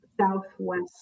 Southwest